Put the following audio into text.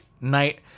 night